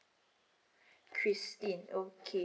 christine okay